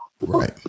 Right